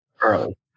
early